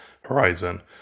horizon